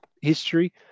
history